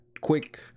quick